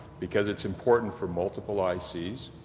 because it's important for multiple i c s,